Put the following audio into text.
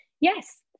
Yes